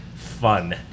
Fun